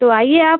तो आइए आप